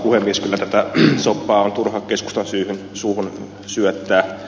kyllä tätä soppaa on turha keskustan suuhun syöttää